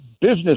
business